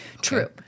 True